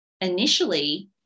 initially